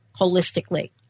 holistically